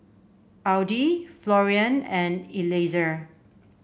Audie Florian and Eliezer